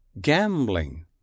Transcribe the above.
gambling